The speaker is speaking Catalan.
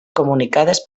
comunicades